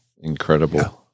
incredible